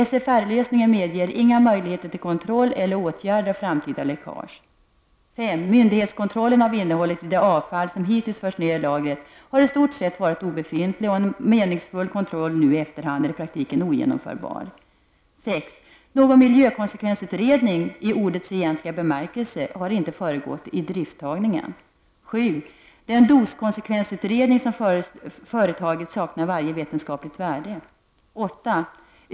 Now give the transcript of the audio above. SFR-lösningen medger inga möjligheter till kontroll eller åtgärder av framtida läckage. 5. Myndighetskontrollen av innehåll i det avfall som hittills förts ned i lagret har i stort sett varit obefintlig, och en meningsfull kontroll nu i efterhand är i praktiken ogenomförbar. 6. Någon miljökonsekvensutredning i ordets egentliga bemärkelse har inte föregått idrifttagningen. 7. Den doskonsekvensutredning som företagits saknar varje vetenskapligt värde. 8.